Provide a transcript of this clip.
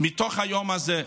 מתוך היום הזה.